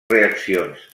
reaccions